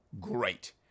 great